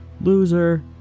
Loser